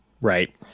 Right